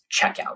checkout